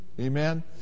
Amen